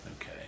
Okay